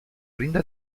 brinda